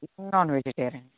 non vegetarian